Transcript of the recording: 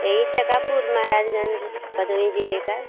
यही चकापुर महाराजगंज भदोही जिले का